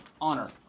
Honor